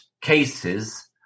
cases